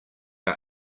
are